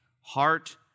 heart